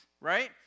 right